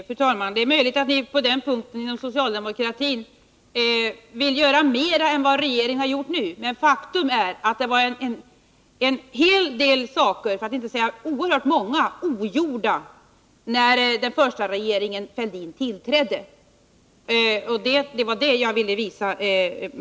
Fru talman! Det är möjligt att ni inom socialdemokratin på den punkten vill göra mer än vad regeringen har gjort nu, men faktum är att det var oerhört mycket ogjort när den första regeringen Fälldin tillträdde, och det var det jag ville visa.